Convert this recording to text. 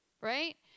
Right